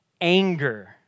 anger